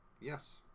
Yes